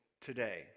today